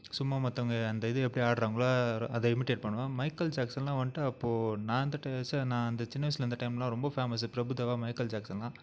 சும்மா மற்றவங்க அந்த இது எப்படி ஆடுறாங்களோ ர அதை இமிட்டேட் பண்ணுவேன் மைக்கல் ஜாக்சனெல்லாம் வந்துட்டு அப்போது நான் இருந்த டேஸ்சில் நான் அந்த சின்ன வயசில் இருந்த டைமெல்லாம் ரொம்ப ஃபேமஸ்ஸு பிரபுதேவா மைக்கல் ஜாக்சனெல்லாம்